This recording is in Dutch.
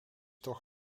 toch